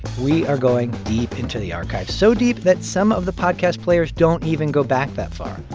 we are going deep into the archives, so deep that some of the podcast players don't even go back that far.